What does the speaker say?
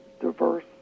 diverse